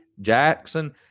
Jackson